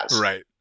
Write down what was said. Right